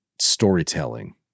storytelling